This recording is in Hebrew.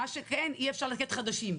מה שכן, אי אפשר לתת חדשים.